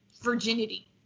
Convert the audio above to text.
virginity